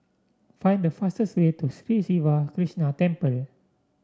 find the fastest way to Sri Siva Krishna Temple